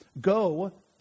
go